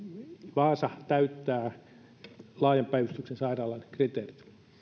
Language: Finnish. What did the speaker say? vaasa täyttää laajan päivystyksen sairaalan kriteerit